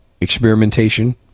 experimentation